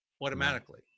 automatically